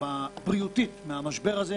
בריאותית מהמשבר הזה,